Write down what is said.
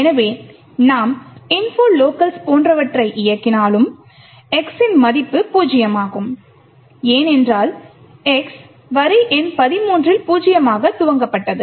எனவே நாம் gdb info locals போன்றவற்றை இயக்கினாலும் x இன் மதிப்பு பூஜ்ஜியமாகும் ஏனென்றால் x வரி எண் 13 இல் பூஜ்ஜியமாக துவக்கப்பட்டது